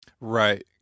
right